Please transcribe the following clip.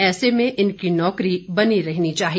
ऐसे में इनकी नौकरी बनी रहनी चाहिए